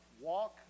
walk